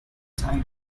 time